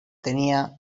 tenía